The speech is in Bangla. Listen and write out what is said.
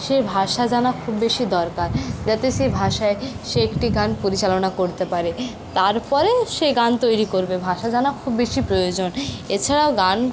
সে ভাষা জানা খুব বেশি দরকার যাতে সে ভাষায় সে একটি গান পরিচালনা করতে পারে তারপরে সে গান তৈরি করবে ভাষা জানা খুব বেশি প্রয়োজন এছাড়াও গান